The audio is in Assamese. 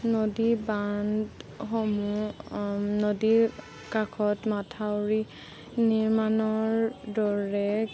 নদী বান্ধসমূহ নদীৰ কাষত মথাউৰি নিৰ্মাণৰ দৰে